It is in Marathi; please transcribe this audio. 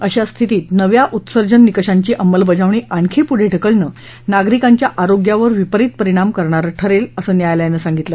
अशा स्थितीत नव्या उत्सर्जन निकषांची अंमलबजावणी आणखी पुढं ढकलणं नागरिकांच्या आरोग्यावर विपरीत परिणाम करणारं ठरेल असं न्यायालयानं सांगितलं